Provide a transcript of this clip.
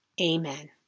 Amen